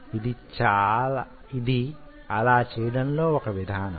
ఇది అలా చేయడంలో వొక విధానం